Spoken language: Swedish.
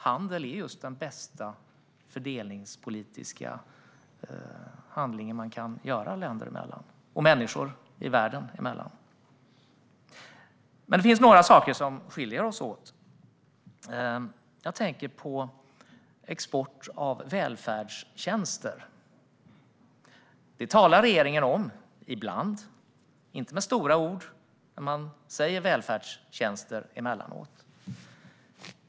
Handel är den bästa fördelningspolitiska handling man kan utföra länder och människor emellan i världen. Det finns dock några saker där vi skiljer oss åt. Jag tänker på export av välfärdstjänster. Det talar regeringen om ibland, inte med stora ord, men man säger välfärdstjänster emellanåt.